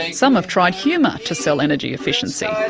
and some have tried humour to sell energy efficiency.